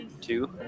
Two